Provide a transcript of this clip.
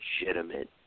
legitimate